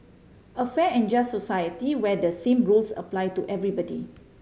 a fair and just society where the same rules apply to everybody